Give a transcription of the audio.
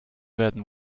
werden